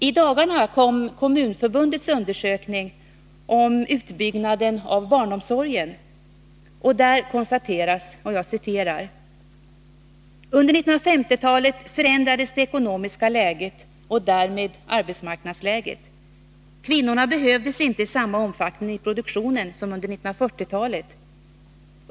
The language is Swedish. I dagarna kom Kommunförbundets undersökning om utbyggnaden av barnomsorgen, och där konstateras: ”Under 1950-talet förändrades det ekonomiska läget och därmed arbetsmarknadsläget. Kvinnorna behövdes inte i samma omfattning i produktionen som under 1940-talet.